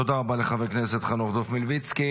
תודה רבה לחבר הכנסת חנוך דב מלביצקי.